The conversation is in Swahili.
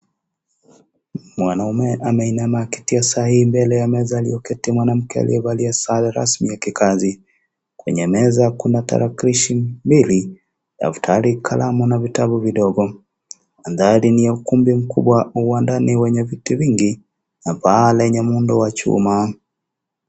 Mwanaume ameinama akitia sahihi mbele ya meza aliyoketi mwanamke aliyevalia sare rasmi ya kikazi, kwenye meza kuna talakilishi mbili ,tafdari ,kalamu na vitabu vidogo mantahri ni ya ukumbi mkubwa wa ndani wenye viti vingi na paa lenye muundo wa chuma.